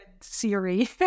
Siri